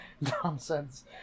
nonsense